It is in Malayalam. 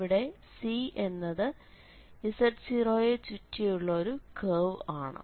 ഇവിടെ C എന്നത് z0 നെ ചുറ്റിയുള്ള ഒരു കേർവ് ആണ്